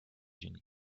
unis